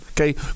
Okay